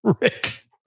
Rick